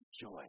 joy